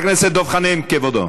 נו,